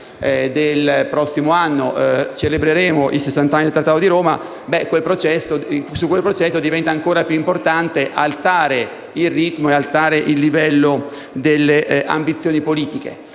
del prossimo anno celebreremo i sessant'anni del Trattato di Roma), diventa ancora più importante alzare il ritmo e il livello delle ambizioni politiche.